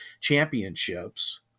championships